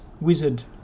wizard